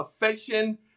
affection